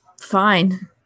fine